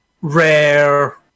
rare